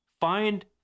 find